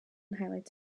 highlights